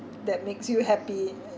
that makes you happy